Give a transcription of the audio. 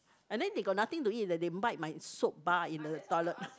and then they got nothing to eat leh they bite my soap bar in the toilet